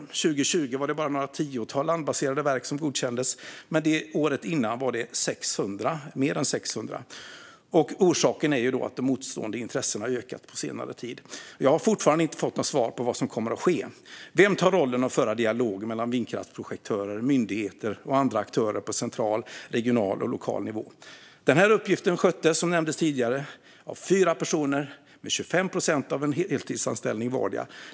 År 2020 blev bara några tiotal landbaserade verk godkända, medan det året innan var mer än 600. Orsaken är att de motstående intressena har ökat på senare tid. Jag har fortfarande inte fått något svar på vad som kommer att ske. Vem tar rollen att föra dialog mellan vindkraftsprojektörer, myndigheter och andra aktörer på central, regional och lokal nivå? Som nämndes tidigare sköttes denna uppgift av fyra personer med vardera 25 procent av en heltidsanställning.